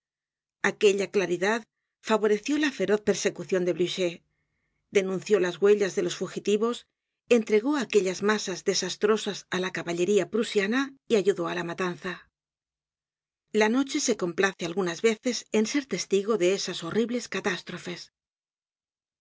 aquella claridad favoreció la feroz persecucion de blucher denunció las huellas de los fugitivos entregó aquellas masas desastrosas á la caballería prusiana y ayudó á la matanza la noche se complace algunas veces en ser testigo de esas horribles catástrofes